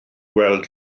gweld